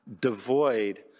devoid